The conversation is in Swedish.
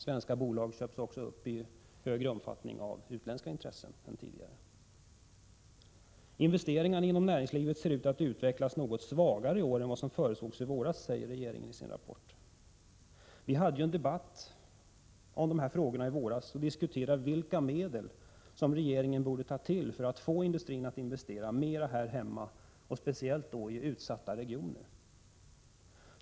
Svenska bolag köps nu också upp i större omfattning än tidigare av utländska intressen. När det gäller investeringarna inom näringslivet ser utvecklingen ut att bli något svagare i år än vad som förutsågs i våras, säger regeringen i sin rapport. Vi hade ju en debatt om dessa frågor i våras och diskuterade då vilka medel som regeringen borde ta till för att få industrin att investera mera här hemma, speciellt i utsatta regioner.